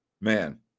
man